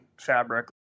fabric